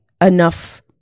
enough